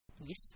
Yes